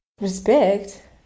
Respect